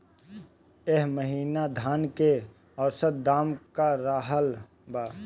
एह महीना धान के औसत दाम का रहल बा?